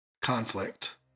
Conflict